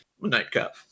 nightcap